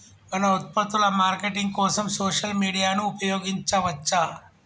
మన ఉత్పత్తుల మార్కెటింగ్ కోసం సోషల్ మీడియాను ఉపయోగించవచ్చా?